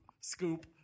scoop